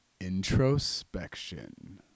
introspection